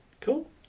Cool